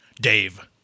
Dave